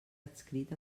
adscrit